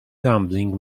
gambling